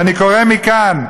ואני קורא מכאן: